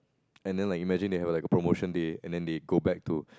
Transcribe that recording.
and then like imagine they have like a promotion day and then they go back to